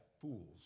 fools